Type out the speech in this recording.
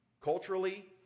culturally